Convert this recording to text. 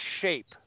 shape